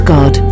God